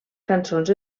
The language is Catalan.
cançons